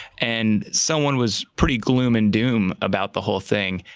and someone was pretty gloom and doom about the whole thing.